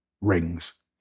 rings